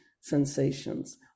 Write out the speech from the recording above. sensations